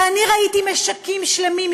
ואני ראיתי משקים שלמים,